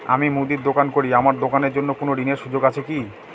আমি মুদির দোকান করি আমার দোকানের জন্য কোন ঋণের সুযোগ আছে কি?